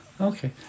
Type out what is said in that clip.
okay